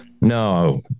no